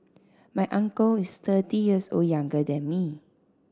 my uncle is thirty years old younger than me